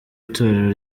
itorero